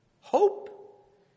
hope